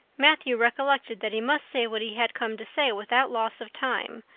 matthew recollected that he must say what he had come to say without loss of time,